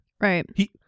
Right